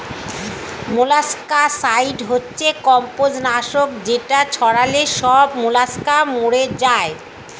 molluscicide হচ্ছে কম্বোজ নাশক যেটা ছড়ালে সব মোলাস্কা মরে যায়